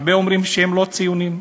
הרבה אומרים שהם לא ציונים.